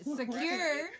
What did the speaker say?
secure